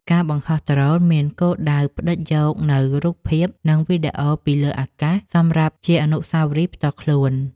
ការបង្ហោះដ្រូនមានគោលដៅផ្ដិតយកនូវរូបភាព និងវីដេអូពីលើអាកាសសម្រាប់ជាអនុស្សាវរីយ៍ផ្ទាល់ខ្លួន។